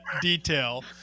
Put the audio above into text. detail